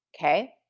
okay